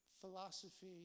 philosophy